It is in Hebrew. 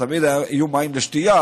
תמיד יהיו מים לשתייה,